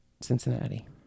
Cincinnati